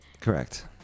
Correct